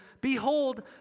Behold